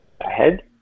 ahead